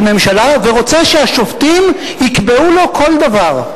ממשלה ורוצה שהשופטים יקבעו לו כל דבר.